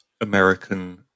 American